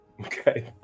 Okay